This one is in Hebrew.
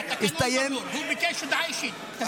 חבר הכנסת זאב אלקין, לא פה?